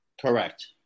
Correct